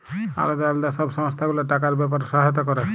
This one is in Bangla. আলদা আলদা সব সংস্থা গুলা টাকার ব্যাপারে সহায়তা ক্যরে